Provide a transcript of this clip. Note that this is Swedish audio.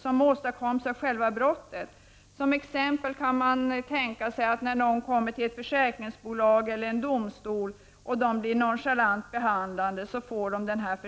som åstadkoms av själva brottet. Som exempel kan man tänka sig att man kan få den här förstärkningen när man kommer till ett försäkringsbolag eller en domstol och blir nonchalant behandlad.